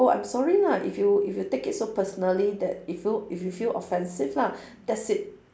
oh I'm sorry lah if you if you take it so personally that if you if you feel offensive lah that's it